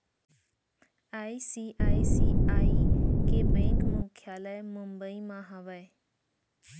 ICICI के bank मुख्यालय मुंबई म हावय